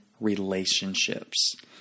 relationships